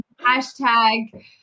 hashtag